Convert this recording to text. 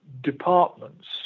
departments